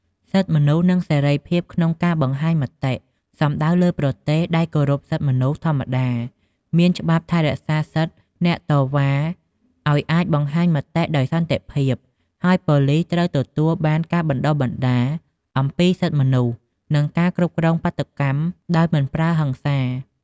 សិទ្ធិមនុស្ស និងសេរីភាពក្នុងការបង្ហាញមតិ សំដៅលើប្រទេសដែលគោរពសិទ្ធិមនុស្សធម្មតាមានច្បាប់ថែរក្សាសិទ្ធិអ្នកតវ៉ាឲ្យអាចបង្ហាញមតិដោយសន្តិភាព ហើយប៉ូលីសត្រូវទទួលបានការបណ្តុះបណ្តាលអំពីសិទ្ធិមនុស្ស និងការគ្រប់គ្រងបាតុកម្មដោយមិនប្រើហិង្សា។